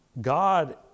God